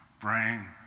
brain